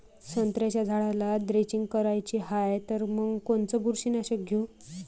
संत्र्याच्या झाडाला द्रेंचींग करायची हाये तर मग कोनच बुरशीनाशक घेऊ?